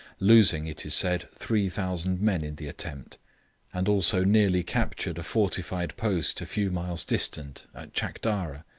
losing, it is said, three thousand men in the attempt and also nearly captured a fortified post a few miles distant chakdara.